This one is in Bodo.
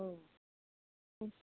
औ